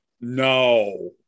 no